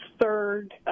third